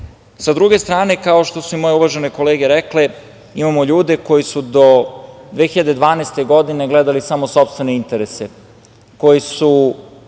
druge strane, kao što su i moje uvažene kolege rekle, imamo ljude koji su do 2012. godine gledali samo sopstvene interese koji su,